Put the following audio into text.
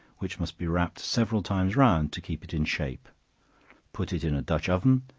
which must be wrapped several times round to keep it in shape put it in a dutch-oven,